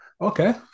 Okay